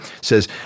says